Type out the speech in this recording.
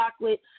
chocolate